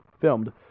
filmed